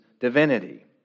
divinity